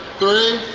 three.